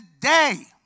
today